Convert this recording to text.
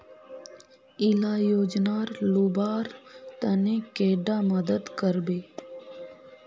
इला योजनार लुबार तने कैडा मदद करबे?